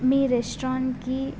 మీ రెస్టారెంట్కి